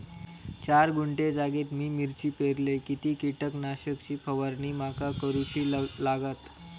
चार गुंठे जागेत मी मिरची पेरलय किती कीटक नाशक ची फवारणी माका करूची लागात?